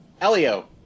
Elio